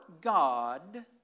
God